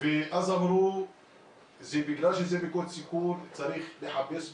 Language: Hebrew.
אז אמרו שבגלל שזה מוקד סיכון צריך לחפש פתרונות.